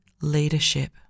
leadership